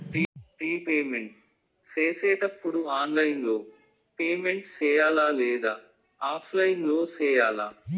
repayment సేసేటప్పుడు online లో payment సేయాలా లేదా ఆఫ్లైన్ లో సేయాలా